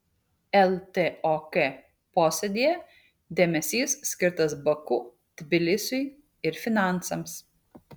ltok posėdyje dėmesys skirtas baku tbilisiui ir finansams